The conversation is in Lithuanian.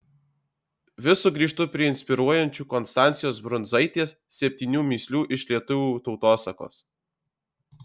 vis sugrįžtu prie inspiruojančių konstancijos brundzaitės septynių mįslių iš lietuvių tautosakos